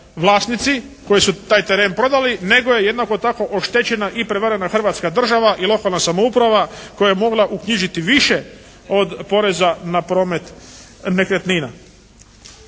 vlasnici koji su taj teren prodali nego je jednako tako oštećena i prevarena Hrvatska država i lokalna samouprava koja je mogla uknjižiti više od poreza na promet nekretnina.